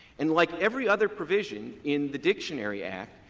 and like every other provision in the dictionary act,